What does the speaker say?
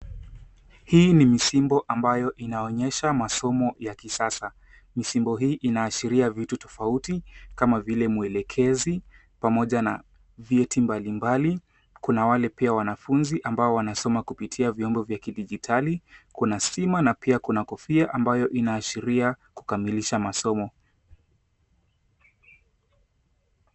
Hii ni misimbo ambayo inaonyesha masomo ya kisasa. Misimbo hii inaashiria vitu tofauti kama vile mwelekezi pamoja na vyeti mbalimbali. Kuna wale pia wanafunzi ambao wanasoma kupitia vyombo vya kidijitali, kuna stima na pia kuna kofia ambayo inaashiria kukamilisha masomo.